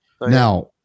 now